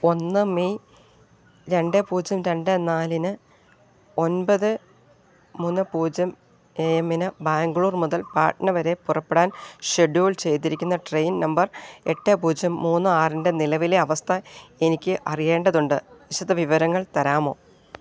ഒന്ന് മെയ് രണ്ട് പൂജ്യം രണ്ട് നാലിന് ഒമ്പത് മൂന്ന് പൂജ്യം എ എം ന് ബാംഗ്ലൂർ മുതൽ പാട്ന വരെ പുറപ്പെടാൻ ഷെഡ്യൂൾ ചെയ്തിരിക്കുന്ന ട്രെയിൻ നമ്പർ എട്ട് പൂജ്യം മൂന്ന് ആറിൻ്റെ നിലവിലെ അവസ്ഥ എനിക്ക് അറിയേണ്ടതുണ്ട് വിശദവിവരങ്ങൾ തരാമോ